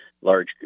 large